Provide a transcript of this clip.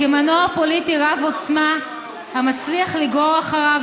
כמנוע פוליטי רב-עוצמה המצליח לגרור אחריו